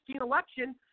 election